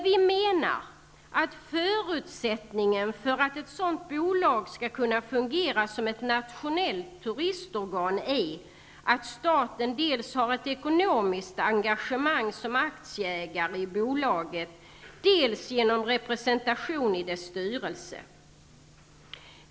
Vi menar dock att förutsättningen för att ett sådant bolag skall kunna fungera som ett nationellt turistorgan är att staten dels har ett ekonomiskt engagemang som aktieägare i bolaget, dels har representation i dess styrelse.